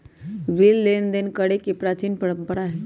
bill लेनदेन कके प्राचीन परंपरा हइ